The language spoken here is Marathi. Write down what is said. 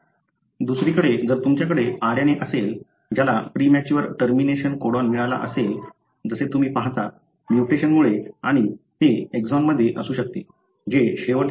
दुसरीकडे जर तुमच्याकडे RNA असेल ज्याला प्रीमॅच्युअर टर्मिनेशन कोडॉन मिळाला असेल जसे तुम्ही पाहता म्यूटेशनमुळे आणि ते एक्सॉनमध्ये असू शकते जे शेवटचे एक्सॉन नाही